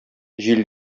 җил